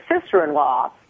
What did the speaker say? sister-in-law